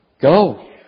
Go